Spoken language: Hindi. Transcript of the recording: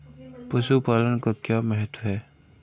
पशुपालन का क्या महत्व है?